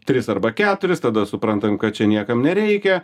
tris arba keturis tada suprantam kad čia niekam nereikia